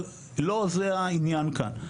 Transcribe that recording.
אבל לא זה העניין כאן.